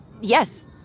Yes